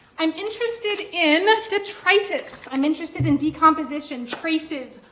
i'm interested in detritus. i'm interested in decomposition, traces,